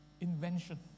invention